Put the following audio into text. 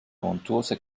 montuose